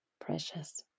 precious